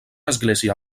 església